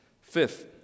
Fifth